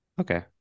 Okay